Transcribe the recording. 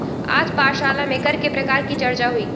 आज पाठशाला में कर के प्रकार की चर्चा हुई